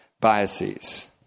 biases